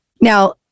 Now